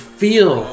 feel